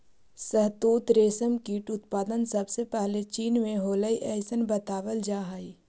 शहतूत रेशम कीट उत्पादन सबसे पहले चीन में होलइ अइसन बतावल जा हई